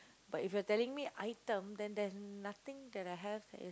but if you are telling me item then there is nothing that I have that is